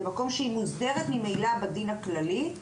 במקום שבו היא מוסדרת ממילא בדין הכללי,